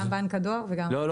לא.